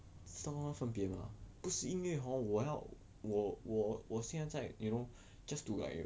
你知道那分别吗不是因为 hor 我要我我我现在 you know just to like